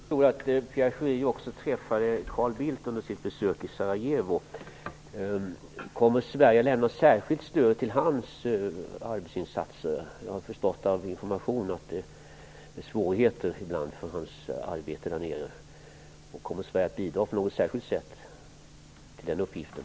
Herr talman! Jag tror att Pierre Schori också träffade Carl Bildt under sitt besök i Sarajevo. Kommer Sverige att lämna särskilt stöd till hans arbetsinsatser? Jag har förstått av information att det är svårigheter ibland vad gäller hans arbete där nere. Kommer Sverige att bidra på något särskilt sätt till den uppgiften?